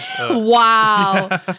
Wow